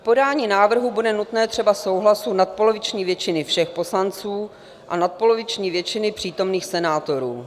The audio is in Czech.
K podání návrhu bude nutné třeba souhlasu nadpoloviční většiny všech poslanců a nadpoloviční většiny přítomných senátorů.